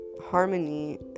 harmony